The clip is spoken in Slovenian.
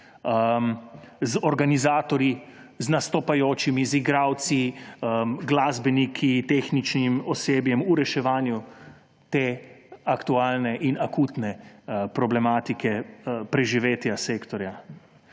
z organizatorji, z nastopajočimi, z igralci, glasbeniki, tehničnim osebjem v reševanju te aktualne in akutne problematike preživetja sektorja.